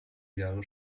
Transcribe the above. jahre